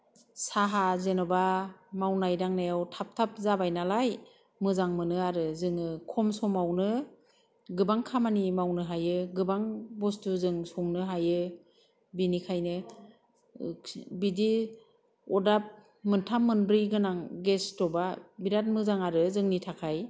साहा जेन'बा मावनाय दांनायाव थाब थाब जाबाय नालाय मोजां मोनो आरो जोङो खम समावनो गोबां खामानि मावनो हायो गोबां बस्थु जों संनो हायो बेनिखायनो बिदि अरदाब मोनथाम मोनब्रै गोनां गेस स्टपा बिराद मोजां आरो जोंनि थाखाय